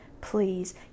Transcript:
Please